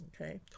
Okay